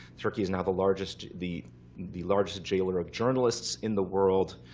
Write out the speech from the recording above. turkey is now the largest the the largest jailer of journalists in the world.